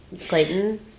Clayton